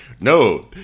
no